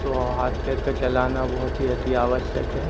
तो हाथ पैर का चलाना बहुत ही अति आवश्यक है